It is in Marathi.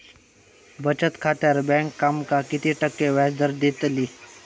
बचत खात्यार बँक आमका किती टक्के व्याजदर देतली?